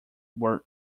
were